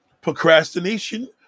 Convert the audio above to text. Procrastination